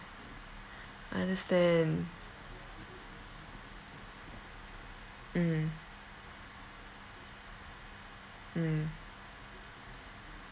I understand mm mm